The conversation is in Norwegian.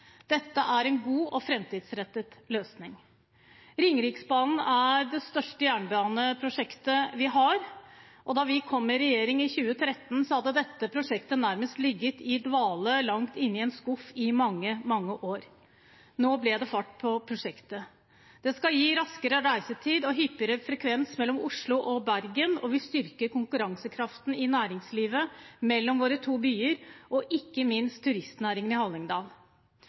Dette er en god og framtidsrettet løsning. Ringeriksbanen er det største jernbaneprosjektet vi har. Da vi kom i regjering i 2013, hadde dette prosjektet nærmest ligget i dvale langt inne i en skuff i mange, mange år. Da ble det fart på prosjektet. Det skal gi raskere reisetid og hyppigere frekvens mellom Oslo og Bergen, styrke konkurransekraften i næringslivet mellom våre to byer og ikke minst styrke turistnæringen i Hallingdal. Jeg er også glad for at initiativet fra Hallingdal Høyre om Veipakke Hallingdal